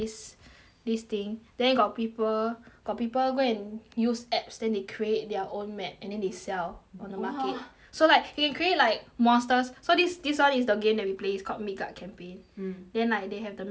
this thing there got people got people go and use apps then they create their own map and then they sell !wah! on the market so like you can create like monsters so like this this [one] is the game that we play it's called make up campaign mm then like they have the map and all those lah then